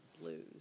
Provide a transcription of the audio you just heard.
blues